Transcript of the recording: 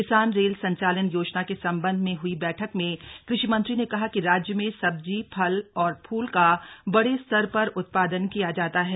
किसान रेल संचालन योजना के सम्बन्ध में हई बैठक में कृषि मंत्री ने कहा कि राज्य में सब्जी फल और फूल का बडे स्तर पर उत्पादन किया जाता है